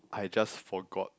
I just forgot